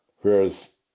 whereas